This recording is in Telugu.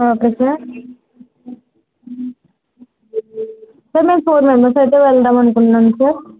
ఓకే సార్ సార్ మేము ఫోర్ మెంబర్స్ అయితే వెళ్దాం అనుకుంటున్నాం సార్